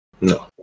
No